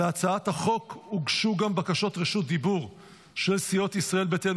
להצעת החוק הוגשו גם בקשות רשות דיבור של סיעות ישראל ביתנו,